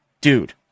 dude